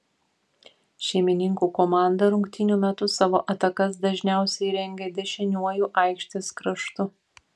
šeimininkų komanda rungtynių metu savo atakas dažniausiai rengė dešiniuoju aikštės kraštu